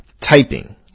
typing